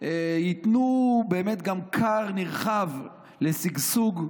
תיתן באמת גם כר נרחב ושגשוג,